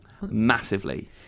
massively